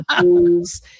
tools